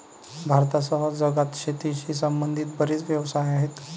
भारतासह जगात शेतीशी संबंधित बरेच व्यवसाय आहेत